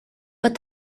but